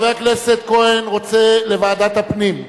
חבר הכנסת כהן רוצה לוועדת הפנים.